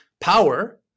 power